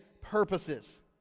purposes